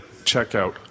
checkout